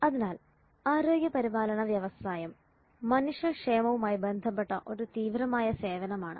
അതിനാൽ ആരോഗ്യ പരിപാലന വ്യവസായം മനുഷ്യ ക്ഷേമവുമായി ബന്ധപ്പെട്ട ഒരു തീവ്രമായ സേവനമാണ്